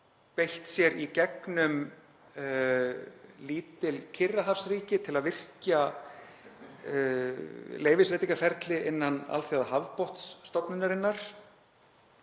beitt sér í gegnum lítil Kyrrahafsríki til að virkja leyfisveitingaferli innan Alþjóðahafbotnsstofnunarinnar